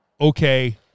okay